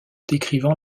décrivant